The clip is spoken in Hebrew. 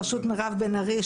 בראשות מירב בן ארי,